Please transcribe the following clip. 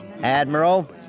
Admiral